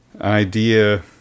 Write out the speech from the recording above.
idea